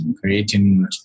creating